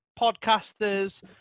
podcasters